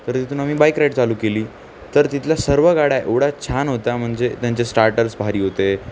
तर तिथून आम्ही बाईक राईड चालू केली तर तिथल्या सर्व गाड्या एवढ्या छान होत्या म्हणजे त्यांचे स्टार्टर्स भारी होते